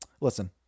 listen